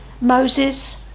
Moses